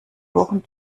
wochen